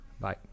Bye